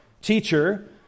Teacher